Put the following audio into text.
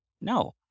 No